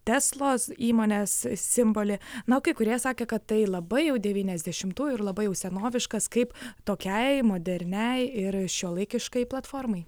teslos įmonės simbolį na o kai kurie sakė kad tai labai jau devyniasdešimtųjų ir labai jau senoviškas kaip tokiai moderniai ir šiuolaikiškai platformai